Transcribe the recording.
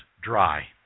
dry